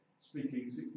speaking